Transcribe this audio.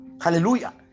Hallelujah